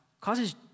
causes